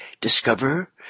discover